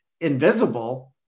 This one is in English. invisible